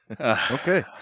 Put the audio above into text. Okay